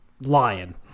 lion